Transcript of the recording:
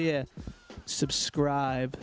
yeah subscribe